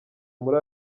muri